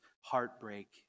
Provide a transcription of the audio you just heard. heartbreak